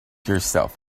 yourself